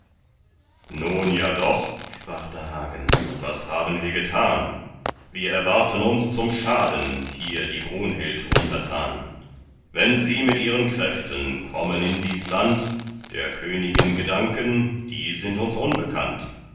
nun ja doch sprach da hagen was haben wir getan wir erwarten uns zum schaden hier die brunhild untertan wenn sie mit ihren kräften kommen in dies land der königin gedanken die sind uns unbekannt